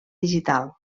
digital